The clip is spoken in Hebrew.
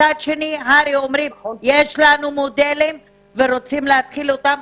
מצד שני הר"י אומרים שיש להם מודלים והם רוצים להחיל אותם.